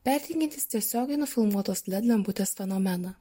perteikiantis tiesiogiai nufilmuotos led lemputės fenomeną